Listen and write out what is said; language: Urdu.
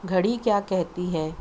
گھڑی کیا کہتی ہے